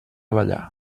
ballar